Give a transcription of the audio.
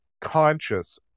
conscious